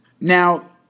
Now